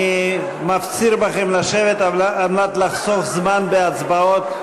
אני מפציר בכם לשבת על מנת לחסוך זמן בהצבעות,